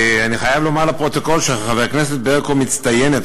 אני חייב לומר לפרוטוקול שחברת הכנסת ברקו מצטיינת,